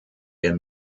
der